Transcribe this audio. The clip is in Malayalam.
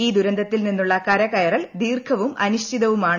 ഈ ദുരന്തത്തിൽ നിന്നുള്ള കര കയറൽ ദീർഘവും അനിശ്ചിതവുമാണ്